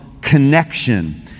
connection